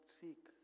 seek